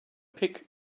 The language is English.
pig